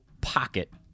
pocket